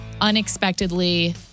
unexpectedly